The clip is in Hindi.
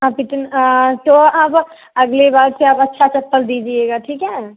आप कितने तो आप वो अगले बार से आप अच्छा चप्पल दीजिएगा ठीक है